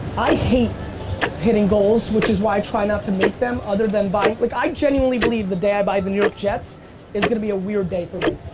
i hate hitting goals. which is why i try not to make them, other than buying. like i genuinely believe the day i buy the new york jets is going to be a weird day for me.